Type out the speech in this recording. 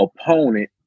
opponent